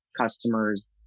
customers